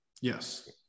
Yes